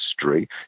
history